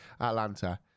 Atlanta